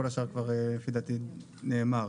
כל השאר לפי דעתי כבר נאמר.